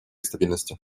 стабильности